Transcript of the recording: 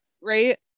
right